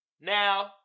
Now